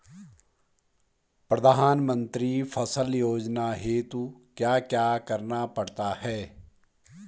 प्रधानमंत्री फसल योजना हेतु क्या क्या करना पड़ता है?